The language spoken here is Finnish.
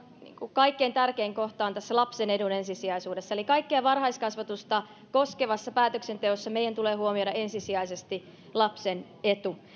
kaikkein tärkein kohta on tässä lapsen edun ensisijaisuudessa eli kaikkea varhaiskasvatusta koskevassa päätöksenteossa meidän tulee huomioida ensisijaisesti lapsen etu